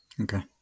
Okay